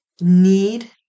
need